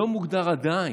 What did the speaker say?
לא מוגדר עדיין,